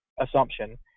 assumption